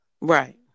Right